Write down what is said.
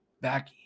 back